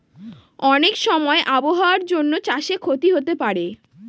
অনেক সময় আবহাওয়ার জন্য চাষে ক্ষতি হতে পারে